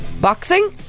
Boxing